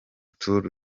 tour